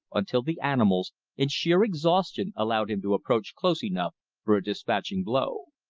until the animals in sheer exhaustion allowed him to approach close enough for a dispatching blow.